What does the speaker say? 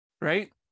right